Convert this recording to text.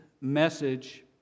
message